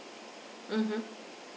mmhmm